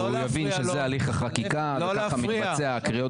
הוא יבין שזה הליך החקיקה וככה מתבצעות הקריאות בוועדה.